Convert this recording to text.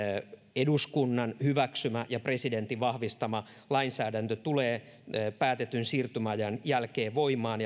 eduskunnan hyväksymä ja presidentin vahvistama lainsäädäntö tulee päätetyn siirtymäajan jälkeen voimaan